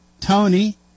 Tony